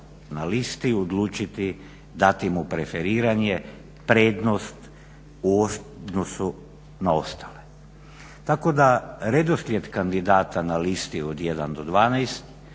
na listi odlučiti, dati mu preferiranje, prednost u odnosu na ostale. Tako da redoslijed kandidata na listi od 1 do 12